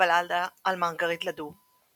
"הבלדה על מרגריט לדו"